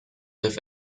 live